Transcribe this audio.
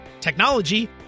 technology